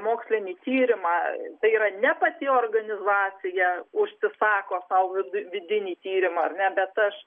mokslinį tyrimą tai yra ne pati organizacija užsisako sau vi vidinį tyrimą ar ne bet aš